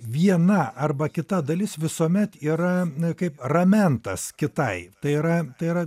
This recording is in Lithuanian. viena arba kita dalis visuomet yra kaip ramentas kitai tai yra tai yra